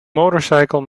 motorcycle